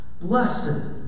Blessed